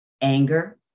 anger